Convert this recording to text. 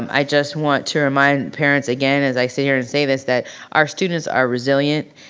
um i just want to remind parents again as i sit here and say this that our students are resilient,